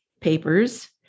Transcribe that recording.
papers